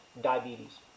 diabetes